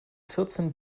vierzehn